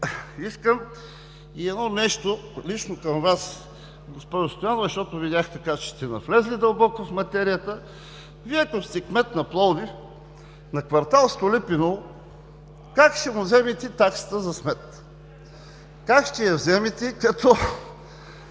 Искам и едно нещо лично към Вас, госпожо Стоянова, защото видях, че сте навлезли дълбоко в материята. Вие, ако сте кмет на Пловдив, на квартал „Столипиново“, как ще му вземете таксата за смет? Как ще я вземете, как